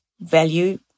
value